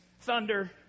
thunder